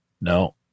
no